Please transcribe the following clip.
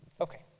Okay